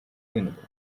vinegar